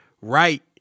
right